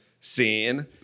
scene